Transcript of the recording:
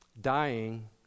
Dying